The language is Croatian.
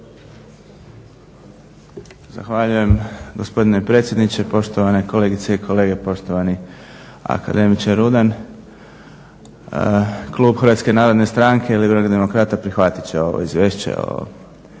Zahvaljujem gospodine predsjedniče. Poštovane kolegice i kolege, poštovani akademiče Rudan. Klub HNS-a i Liberalnih demokrata prihvatit će ovo izvješće